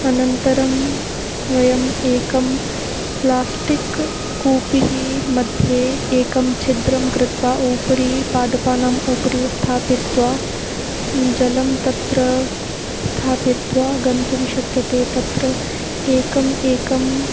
अनन्तरं वयम् एकं प्लास्टिक् कूपिः मध्ये एकं छिद्रं कृत्वा उपरि पादपानाम् उपरि स्थापयित्वा जलं तत्र स्थापयित्वा गन्तुं शक्यते तत्र एकम् एकं